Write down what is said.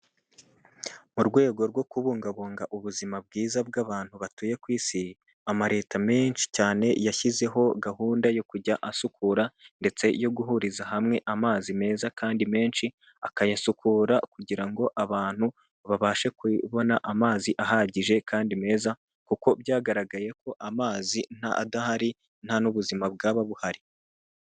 Mu rwego rwo kubungabunga ubuzima bwiza bw'abantu batuye ku isi, amaleta menshi cyane yashyizeho gahunda yo kujya asukura, ndetse yo guhuriza hamwe amazi meza, kandi menshi akayasukura, kugira ngo abantu babashe kubona amazi ahagije kandi meza kuko byagaragaye ko amazi nta adahari nta n'ubuzima bwaba buhari.